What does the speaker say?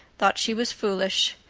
thought she was foolish.